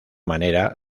manera